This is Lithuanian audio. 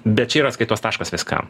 bet čia yra atskaitos taškas viskam